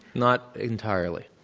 not entirely.